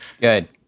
Good